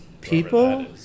People